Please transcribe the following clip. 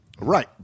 Right